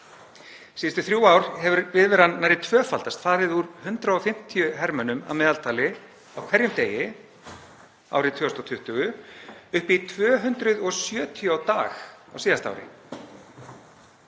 Síðustu þrjú ár hefur viðveran nærri tvöfaldast, farið úr 150 hermönnum að meðaltali á hverjum degi árið 2020 upp í 270 á dag á síðasta ári.